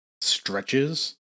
stretches